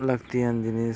ᱞᱟᱹᱠᱛᱤᱭᱟᱱ ᱡᱤᱱᱤᱥ